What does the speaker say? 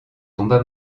tomba